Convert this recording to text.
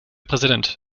präsident